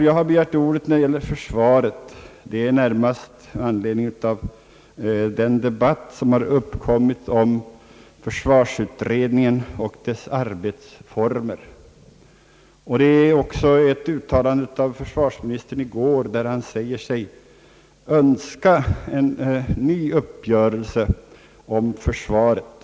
Jag har begärt ordet när det gäller försvaret närmast med anledning av den debatt som har uppkommit om försvarsutredningen och dess arbetsformer. Det har också skett med anledning av försvarsministerns uttalande i går där han sade sig önska en ny uppgörelse om försvaret.